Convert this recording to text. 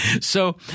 So-